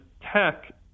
tech